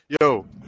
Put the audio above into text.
Yo